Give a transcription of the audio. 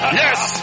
yes